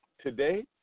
today